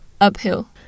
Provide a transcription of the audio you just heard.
uphill